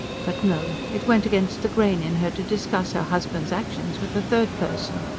but no it went against the grain in her to discuss her husband's actions with a third person.